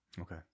Okay